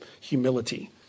humility